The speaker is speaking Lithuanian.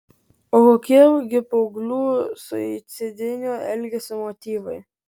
o kokie gi paauglių suicidinio elgesio motyvai